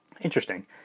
interesting